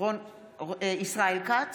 ישראל כץ,